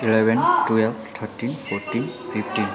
eleven twelve thirteen fourteen fifteen